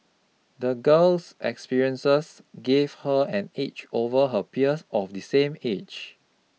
the girl's experiences gave her an edge over her peers of the same age